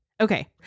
Okay